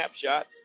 snapshot